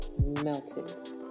melted